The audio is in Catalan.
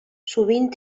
sovint